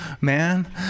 man